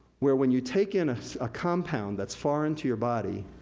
where when you take in a compound that's foreign to your body,